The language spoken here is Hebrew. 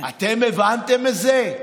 אתם הבנתם את זה?